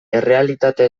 errealitate